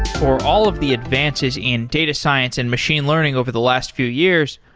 for all of the advances in data science and machine learning over the last few years,